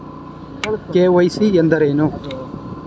KYC ಎಂದರೇನು?